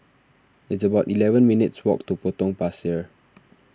it's about eleven minutes' walk to Potong Pasir